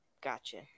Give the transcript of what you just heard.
Gotcha